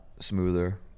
smoother